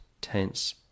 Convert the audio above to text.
tense